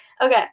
Okay